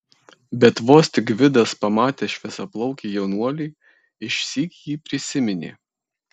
bet vos tik gvidas pamatė šviesiaplaukį jaunuolį išsyk jį prisiminė